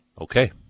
Okay